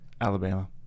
Alabama